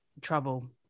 trouble